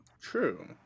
true